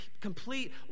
complete